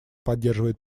поддерживает